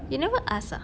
you never ask ah